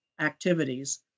activities